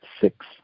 six